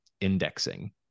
indexing